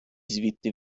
звідти